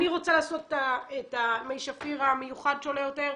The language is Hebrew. אני רוצה לעשות את מי השפיר המיוחד שעולה יותר,